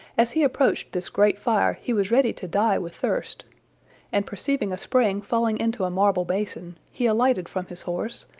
as he approached this great fire he was ready to die with thirst and perceiving a spring falling into a marble basin, he alighted from his horse,